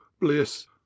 bliss